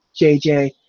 JJ